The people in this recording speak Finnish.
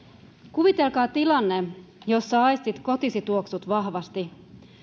kuvitelkaa tilanne jossa aistit kotisi tuoksut vahvasti